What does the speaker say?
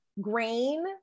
grain